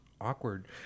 awkward